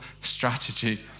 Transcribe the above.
strategy